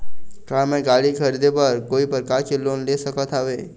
का मैं गाड़ी खरीदे बर कोई प्रकार के लोन ले सकत हावे?